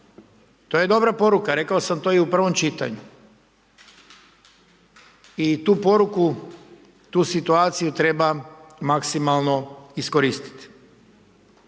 To je dobra poruka, rekao sam to i u prvom čitanju. I tu poruku, tu situaciju treba maksimalno iskoristiti.